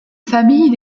famille